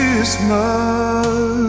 Christmas